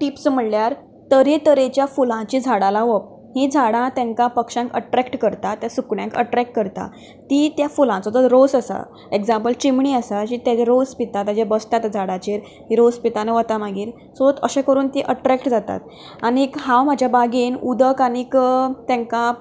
tips म्हळ्ळ्यार तरे तरेच्या फुलांचीं झाडां लावप हीं झाडां तांकां पक्षांक अट्रॅक्ट करता तें सुकण्याक अट्रॅक करता तीं त्या फुलाचो जो रोस आसा एग्जांपल चिमणी आसा जी ताजे रोस पिता ताजे बसता त्या झाडाचेर रोस पिता आनी वता मागीर सोत अशें करून तीं अट्रॅक्ट जातात आनीक हांव म्हज्या बागेन उदक आनीक तेंकां